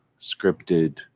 scripted